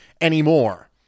anymore